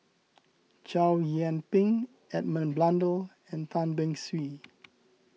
Chow Yian Ping Edmund Blundell and Tan Beng Swee